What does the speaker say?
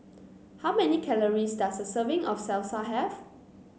how many calories does a serving of Salsa have